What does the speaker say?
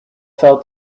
fell